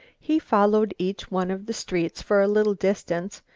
he followed each one of the streets for a little distance,